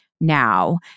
now